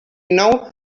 nou